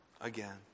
again